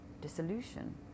dissolution